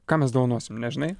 ką mes dovanosim nežinai